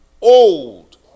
old